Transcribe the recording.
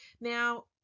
Now